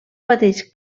pateix